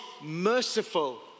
merciful